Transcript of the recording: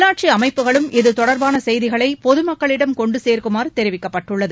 உள்ளாட்சி அமைப்புகளும் இத்தொடர்பான செய்திகளை பொது மக்களிடம் கொண்டு சேர்க்குமாறு தெரிவிக்கப்பட்டுள்ளது